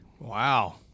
Wow